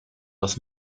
was